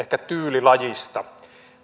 tyylilajista